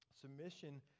Submission